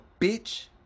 bitch